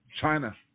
China